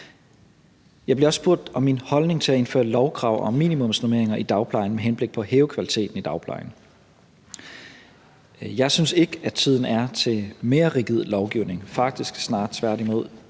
Jeg bliver også spurgt om min holdning til at indføre lovkrav om minimumsnormeringer i dagplejen med henblik på at hæve kvaliteten i dagplejen. Jeg synes ikke, at tiden er til mere rigid lovgivning, faktisk snarere tværtimod.